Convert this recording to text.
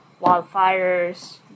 Wildfires